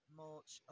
mulch